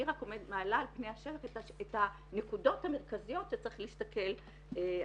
אני רק מעלה על פני השטח את הנקודות המרכזיות שצריך להסתכל עליהן.